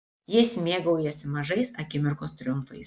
jis mėgaujasi mažais akimirkos triumfais